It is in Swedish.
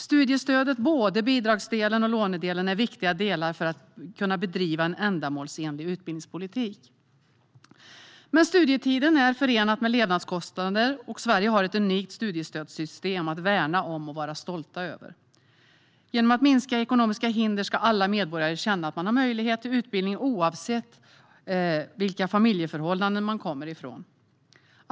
Studiestödet, både bidragsdelen och lånedelen, är viktigt för att kunna bedriva en ändamålsenlig utbildningspolitik. Studietiden är dock förenad med levnadskostnader, och Sverige har ett unikt studiestödssystem att värna om och vara stolt över. Genom att minska ekonomiska hinder ska alla medborgare känna att de har möjlighet till utbildning, oavsett vilka familjeförhållanden de kommer ifrån.